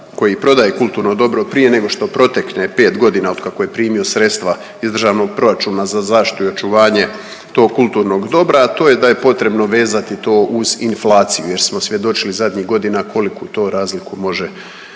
koji prodaje kulturno dobro prije nego što protekne 5 godina od kako je primio sredstva iz državnog proračuna za zaštitu i očuvanje tog kulturnog dobra, a to je da je potrebno vezati to uz inflaciju jer smo svjedočili zadnjih godina koliku to razliku može